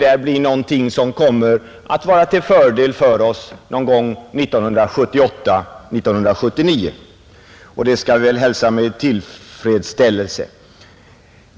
En sådan utveckling kommer att vara till fördel för oss någon gång efter 1978. Den bör vi då hälsa med tillfredsställelse.